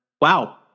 Wow